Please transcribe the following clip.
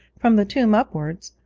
from the tomb upwards,